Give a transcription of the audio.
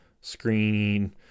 screening